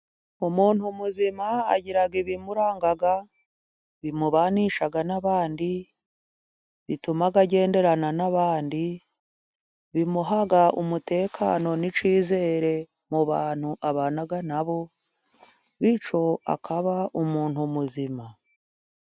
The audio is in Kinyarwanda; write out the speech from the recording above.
Umuntu muzima agira ibimuranga, bimubanisha n'abandi bituma agenderana n'abandi, bimuha umutekano n'icyizere mu bantu abana nabo, bityo akaba umuntu muzima.